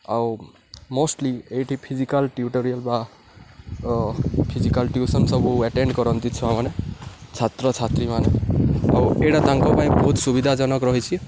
ଆଉ ମୋଷ୍ଟଲି ଏଇଠି physical tutorial ବା ଫିଜିକାଲ୍ ଟିଉସନ୍ ସବୁ ଆଟେଣ୍ଡ କରନ୍ତି ଛୁଆମାନେ ଛାତ୍ରଛାତ୍ରୀମାନେ ଆଉ ଏଇଟା ତାଙ୍କ ପାଇଁ ବହୁତ ସୁବିଧାଜନକ ରହିଛି